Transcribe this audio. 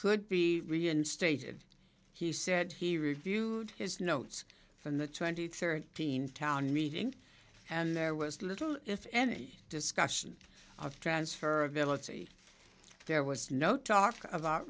could be reinstated he said he reviewed his notes from the twenty thirteen town meeting and there was little if any discussion of transfer ability there was no talk a